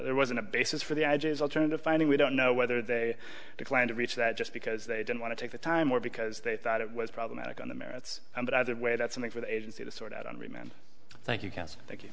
there wasn't a basis for the edges alternative finding we don't know whether they declined to reach that just because they didn't want to take the time or because they thought it was problematic on the merits and that either way that's something for the agency to sort out on remand thank you c